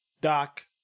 Doc